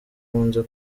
nkunze